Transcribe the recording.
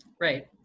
Right